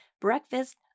Breakfast